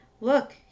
Look